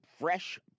fresh